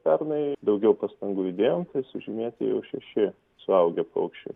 pernai daugiau pastangų įdėjom tai sužymėti jau šeši suaugę paukščiai